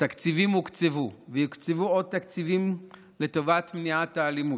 התקציבים הוקצבו ויוקצבו עוד תקציבים לטובת מניעת האלימות.